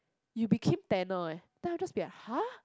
you became tanner eh then I just be like [huh]